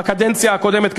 בקדנציה הקודמת,